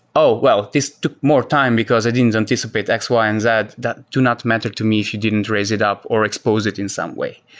oh, well. this took more time, because i didn't anticipate x, y, and z. that that do not matter to me if you didn't raise it up or expose it in some way.